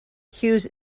hughes